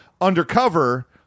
undercover